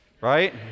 right